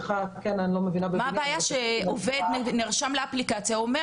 מה הבעיה שכשעובד נרשם לאפליקציה הוא אומר